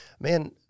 man